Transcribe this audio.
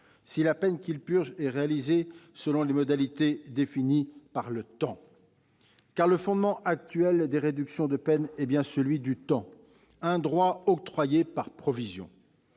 si la peine qu'il purge est réalisée selon des modalités définies par le temps ? Or le fondement actuel des réductions de peines est bien celui du temps, un droit octroyé par provision.